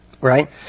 right